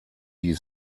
die